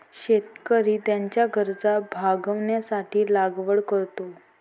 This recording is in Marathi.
शेतकरी त्याच्या गरजा भागविण्यासाठी लागवड करतो